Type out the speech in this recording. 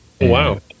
Wow